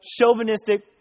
Chauvinistic